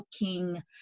looking